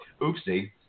oopsie